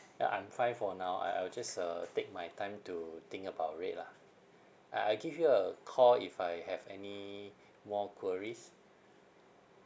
ya I'm fine for now I'll I'll just uh take my time to think about it lah I I give you a call if I have anymore queries